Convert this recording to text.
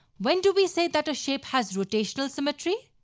when do we say that a shape has rotational symmetry?